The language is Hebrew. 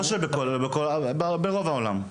ברוב העולם,